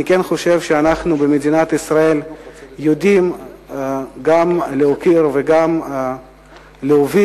אני חושב שאנחנו במדינת ישראל יודעים גם להוקיר וגם להוביל